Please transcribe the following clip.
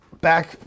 back